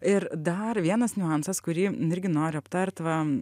ir dar vienas niuansas kurį irgi nori aptarti va